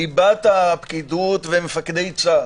ליבת הפקידות ומפקדי צה"ל.